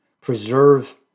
Preserve